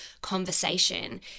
conversation